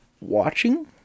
watching